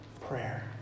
prayer